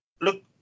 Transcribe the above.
look